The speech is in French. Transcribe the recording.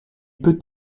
peut